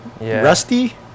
rusty